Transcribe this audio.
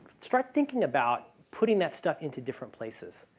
start thinking about putting that stuff into different places.